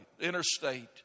interstate